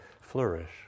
flourish